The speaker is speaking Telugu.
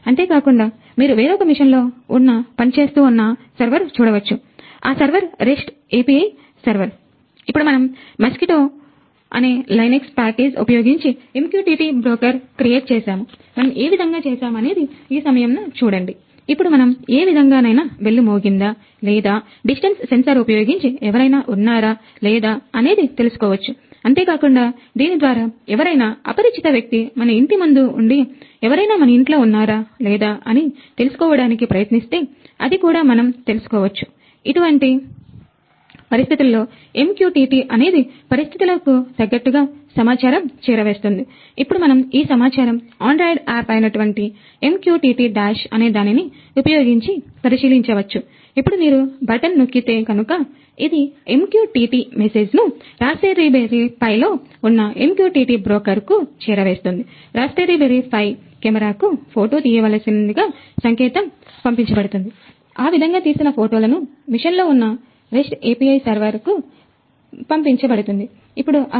అంతేకాకుండా మీరు వేరొక మెషిన్ లో ఉన్నపనిచేస్తు ఉన్న ను సర్వర్ చూడవచ్చు ఆ server rest REST API server server